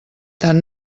tan